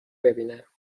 ببینم